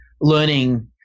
learning